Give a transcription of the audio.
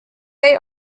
they